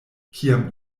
kiam